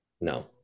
No